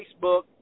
Facebook